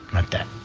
not that